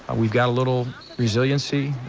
we've got a little resiliency.